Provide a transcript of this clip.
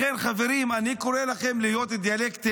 לכן, חברים, אני קורא לכם להיות דיאלקטיים,